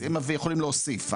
אנחנו יכולים להוסיף,